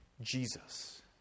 Jesus